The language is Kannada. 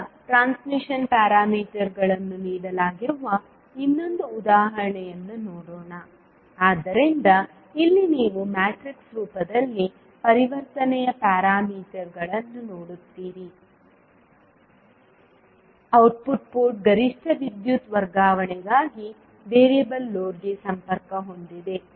ಈಗ ಟ್ರಾನ್ಸ್ಮಿಷನ್ ಪ್ಯಾರಾಮೀಟರ್ಗಳನ್ನು ನೀಡಲಾಗಿರುವ ಇನ್ನೊಂದು ಉದಾಹರಣೆಯನ್ನು ನೋಡೋಣ ಆದ್ದರಿಂದ ಇಲ್ಲಿ ನೀವು ಮ್ಯಾಟ್ರಿಕ್ಸ್ ರೂಪದಲ್ಲಿ ಪರಿವರ್ತನೆಯ ಪ್ಯಾರಾಮೀಟರ್ಗಳನ್ನು ನೋಡುತ್ತೀರಿ ಔಟ್ಪುಟ್ ಪೋರ್ಟ್ ಗರಿಷ್ಠ ವಿದ್ಯುತ್ ವರ್ಗಾವಣೆಗಾಗಿ ವೇರಿಯಬಲ್ ಲೋಡ್ಗೆ ಸಂಪರ್ಕ ಹೊಂದಿದೆ